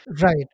Right